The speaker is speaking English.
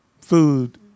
food